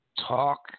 talk